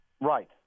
Right